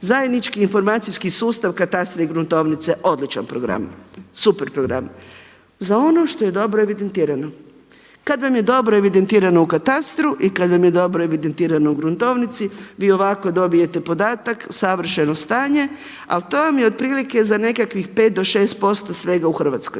zajednički informacijski sustav katastra i gruntovnice odličan program, super program za ono što je dobro evidentirano. Kad vam je dobro evidentirano u katastru i kad vam je dobro evidentirano u gruntovnici vi ovako dobijete podatak, savršeno stanje a to vam je otprilike za nekakvih 5 do 6% svega u Hrvatskoj.